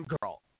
girl